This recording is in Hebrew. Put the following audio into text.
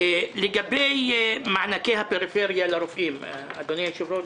לגבי מענקי הפריפריה לרופאים אדוני היושב-ראש,